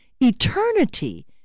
eternity